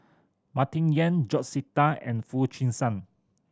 Martin Yan George Sita and Foo Chee San